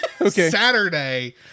Saturday